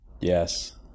Yes